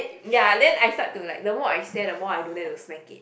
ya then I start to like the more I stare the more I don't dare to smack it